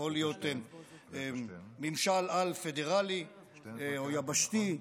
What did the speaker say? יכול להיות ממשל על-פדרלי או יבשתי,